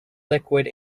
liquid